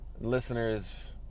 listeners